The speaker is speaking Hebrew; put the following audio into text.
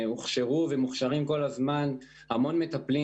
הוכשרו ומוכשרים כל הזמן המון מטפלים